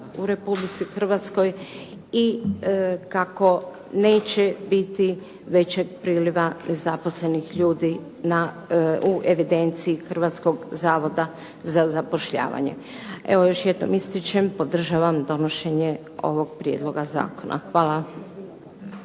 u Republici Hrvatskoj i kako neće biti većeg priliva nezaposlenih ljudi u evidenciji Hrvatskog zavoda za zapošljavanje. Evo, još jednom ističem, podržavam donošenje ovog prijedloga zakona. Hvala.